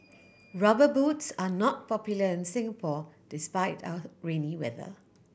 Rubber Boots are not popular in Singapore despite our rainy weather